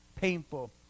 painful